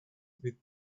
with